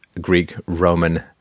Greek-Roman